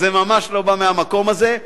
זה ממש לא בא מהמקום הזה.